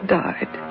died